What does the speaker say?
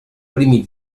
primi